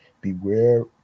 Beware